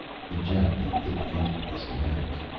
he jabbed a thick finger at the schematics.